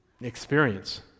experience